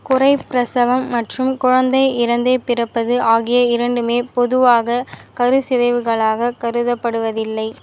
குறைப்பிரசவம் மற்றும் குழந்தை இறந்தே பிறப்பது ஆகிய இரண்டுமே பொதுவாக கருச்சிதைவுகளாக கருதப்படுவதில்லை